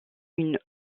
une